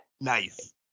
Nice